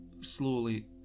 slowly